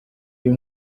uyu